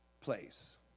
place